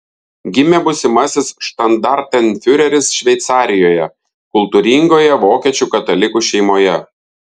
gimė būsimasis štandartenfiureris šveicarijoje kultūringoje vokiečių katalikų šeimoje